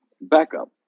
backup